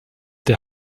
der